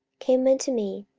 came unto me,